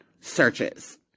searches